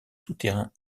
souterrains